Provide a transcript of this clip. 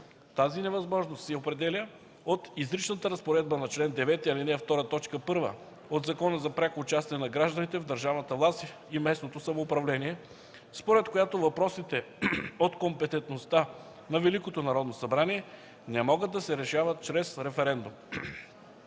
Тази невъзможност се определя от изричната разпоредба на чл. 9, ал. 2, т. 1 от Закона за пряко участие на гражданите в държавната власт и местното самоуправление, според която въпросите от компетентността на Великото Народно събрание не могат да се решават чрез референдум.